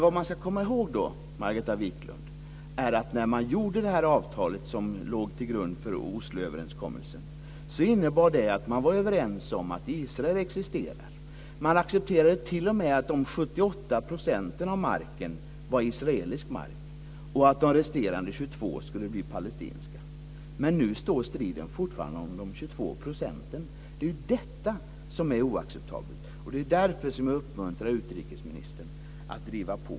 Vad man ska komma ihåg, Margareta Viklund, är att när man slöt det avtal som låg till grund för Osloöverenskommelsen innebar det att man var överens om att Israel existerar. Man accepterade t.o.m. att av marken skulle bli palestinsk. Men nu står striden fortfarande om dessa 22 %. Det är detta som är oacceptabelt, och det är därför som jag uppmuntrar utrikesministern att driva på.